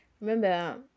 Remember